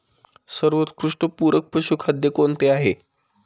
सर्वोत्कृष्ट पूरक पशुखाद्य कोणते आहे?